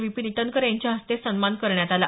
विपिन इंटनकर यांच्या हस्ते सन्मान करण्यात आला